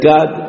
God